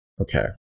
Okay